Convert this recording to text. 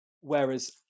whereas